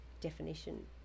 definition